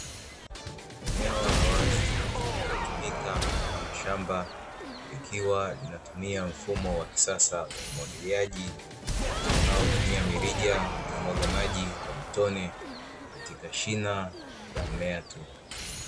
Eneo la wazi linalotumika kama shamba, likiwa kinatumia mfumo wa kisasa wa umwagiliaji, unaotumia mirija kumwaga maji kwa matone katika shina la mmea tu.